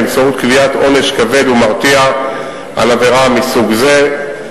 באמצעות קביעת עונש כבד ומרתיע על עבירה מסוג זה.